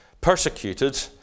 persecuted